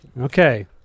Okay